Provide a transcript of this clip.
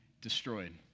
destroyed